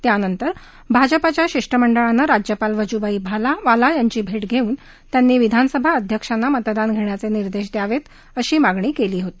त्यानंतर भाजपाच्या शिष्टमंडळानं राज्यपाल वजूभाई वाला यांची भेट घेऊन त्यांनी विधानसभा अध्यक्षांन मतदान घेण्याचे निर्देश द्यावे अशी मागणी केली होती